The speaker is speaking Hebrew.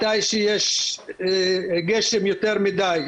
מתי שיש גשם יותר מדי,